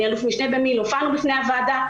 גילה כליפי אמיר אני אלוף משנה במיל' הופענו בפני הוועדה,